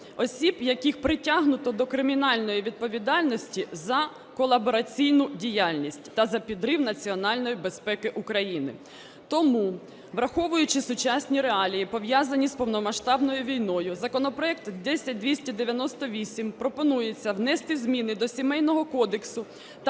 осіб, яких притягнуто до кримінальної відповідальності за колабораційну діяльність та за підрив національної безпеки України. Тому, враховуючи сучасні реалії, пов'язані з повномасштабною війною, законопроектом 10298 пропонується внести зміни до Сімейного кодексу